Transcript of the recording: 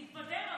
התפטר?